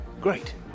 Great